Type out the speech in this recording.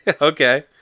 Okay